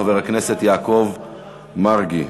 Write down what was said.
חבר הכנסת יעקב מרגי.